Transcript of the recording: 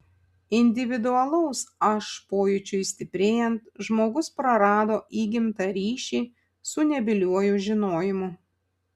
individualaus aš pojūčiui stiprėjant žmogus prarado įgimtą ryšį su nebyliuoju žinojimu